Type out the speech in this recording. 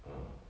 ah